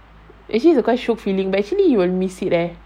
actually it's quite shiok feeling but actually you will miss it leh